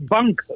Bank